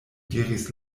diris